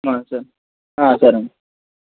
సరే సరేండి